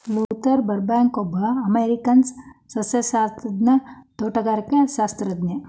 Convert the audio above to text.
Luther ಬರ್ಬ್ಯಾಂಕ್ಒಬ್ಬ ಅಮೇರಿಕನ್ಸಸ್ಯಶಾಸ್ತ್ರಜ್ಞ, ತೋಟಗಾರಿಕಾಶಾಸ್ತ್ರಜ್ಞ